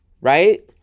right